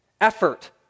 effort